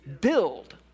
Build